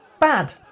Bad